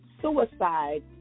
suicide